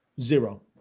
Zero